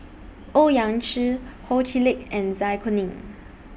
Owyang Chi Ho Chee Lick and Zai Kuning